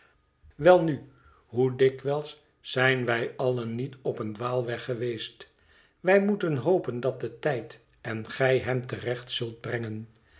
welnu hoe dikwijls zijn wij allen niet op een dwaalweg geweest wij moeten hopen dat de tijd en gij hem te recht zult brengen